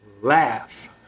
Laugh